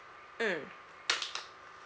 mm